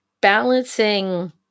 balancing